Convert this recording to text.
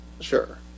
Sure